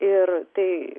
ir tai